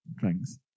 Thanks